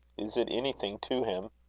is it anything to him?